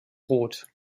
rot